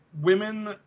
women